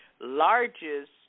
largest